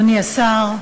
אדוני השר,